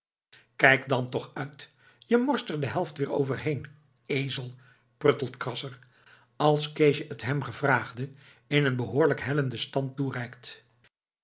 kijk dan toch uit je morst er de helft weer overheen ezel pruttelt krasser als keesje het hem gevraagde in een behoorlijk hellenden stand toereikt